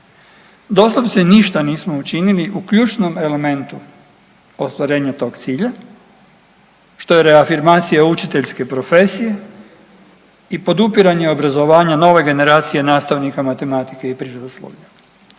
Doslovce ništa nismo učinili u ključnom elementu ostvarenja tog cilja, što je reafirmacija učiteljske profesije i podupiranje obrazovanja nove generacije nastavnika matematike i prirodoslovlja.